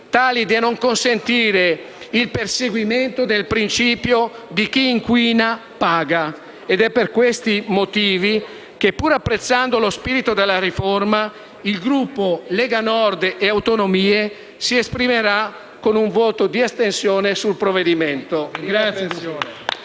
tali da non consentire il perseguimento del principio «chi inquina paga». È per questi motivi che, pur apprezzando lo spirito della riforma, il Gruppo Lega Nord e Autonomie si esprimerà con un voto di astensione sul provvedimento.